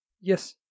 Yes